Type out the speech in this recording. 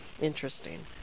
interesting